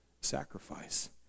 sacrifice